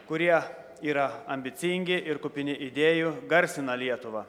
kurie yra ambicingi ir kupini idėjų garsina lietuvą